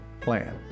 plan